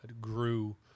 grew